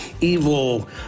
evil